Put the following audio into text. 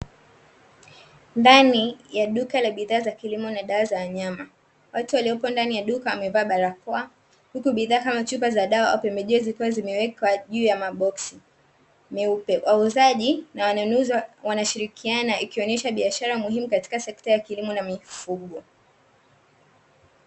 Ndani ya duka la bidhaa za kilimo na dawa za wanyama, watu waliopo ndani ya duka wamevaa barakoa. Huku bidhaa kama chupa za dawa au pembejeo zikiwa zimewekwa juu ya maboksi meupe. Wauzaji na wanunuzi wanashirikiana, ikionyesha biashara muhimu katika sekta ya kilimo na mifugo.